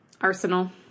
Arsenal